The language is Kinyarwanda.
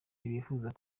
ntibifuza